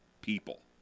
people